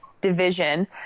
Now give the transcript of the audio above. division